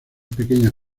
pequeñas